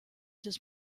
des